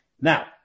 Now